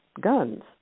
guns